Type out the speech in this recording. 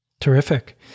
Terrific